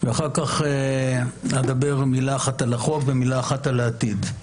ואחר כך אדבר מילה אחת על החוק ומילה אחת על העתיד.